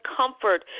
comfort